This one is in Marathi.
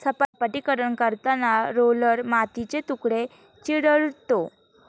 सपाटीकरण करताना रोलर मातीचे तुकडे चिरडतो